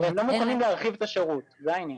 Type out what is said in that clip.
והם לא מוכנים להרחיב את השירות, זה העניין.